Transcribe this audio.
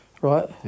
right